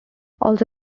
also